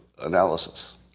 analysis